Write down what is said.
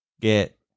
get